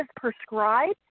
prescribed